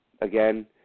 Again